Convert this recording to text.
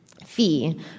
fee